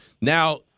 now